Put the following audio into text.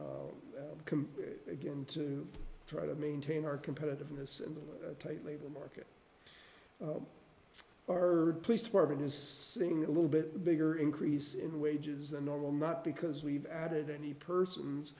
compared again to try to maintain our competitiveness in the tight labor market our police department is seeing a little bit bigger increase in wages than normal not because we've added any persons